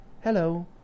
hello